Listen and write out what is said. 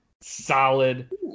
solid